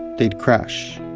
they'd crash